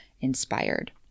inspired